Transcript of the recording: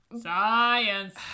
Science